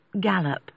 gallop